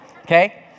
okay